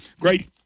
Great